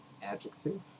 Adjective